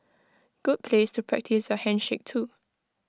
good place to practise your handshake too